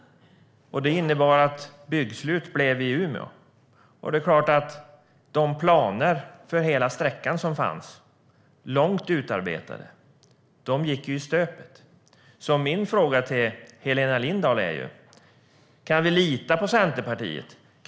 Det innebar att byggslut blev Umeå. De långt utarbetade planer som fanns för hela sträckan gick i stöpet. Kan vi lita på Centerpartiet, Helena Lindahl?